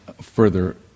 further